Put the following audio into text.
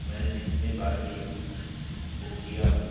میں نے جتنے بار بھی بک کیا ہوں